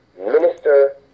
Minister